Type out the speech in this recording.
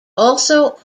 also